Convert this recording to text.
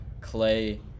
Clay